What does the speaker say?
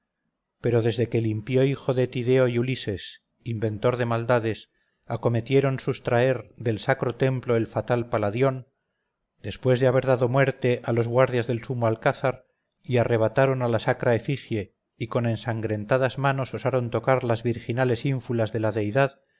pero desde que el impío hijo de tideo y ulises inventor de maldades acometieron sustraer del sacro templo el fatal paladión después de haber dado muerte a los guardias del sumo alcázar y arrebataron a la sacra efigie y con ensangrentadas manos osaron tocar las virginales ínfulas de la deidad